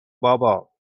بابا